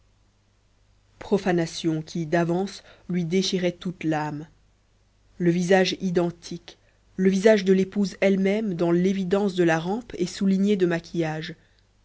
profanation qui d'avance lui déchirait toute l'âme le visage identique le visage de l'épouse elle-même dans l'évidence de la rampe et souligné de maquillages